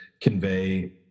convey